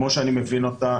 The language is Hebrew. כמו שאני מבין אותה,